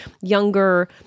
younger